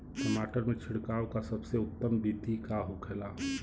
टमाटर में छिड़काव का सबसे उत्तम बिदी का होखेला?